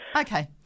Okay